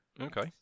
Okay